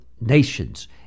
nations